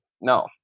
No